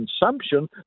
consumption